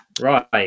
right